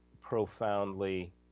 profoundly